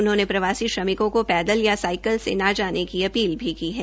उन्होंने प्रवासी श्रमिकों को पैदल या साईकिल से न जाने की अपील भी की है